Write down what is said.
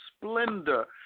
splendor